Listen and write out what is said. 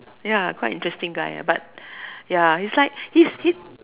ya quite interesting guy eh but ya it's like he's he's